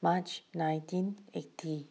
March nineteen eighty